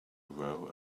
row